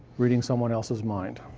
reading someone else's mind.